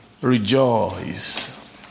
rejoice